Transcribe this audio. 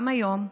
גם היום,